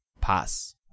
pass